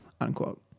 Unquote